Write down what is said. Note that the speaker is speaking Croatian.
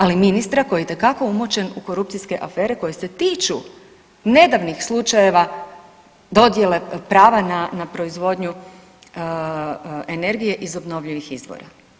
Ali Ministra koji itekako umočen u korupcijske afere koje se tiču nedavnih slučajeva dodjele prava na proizvodnju energije iz obnovljivih izvora.